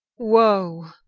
woe!